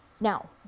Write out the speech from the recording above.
Now